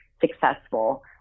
successful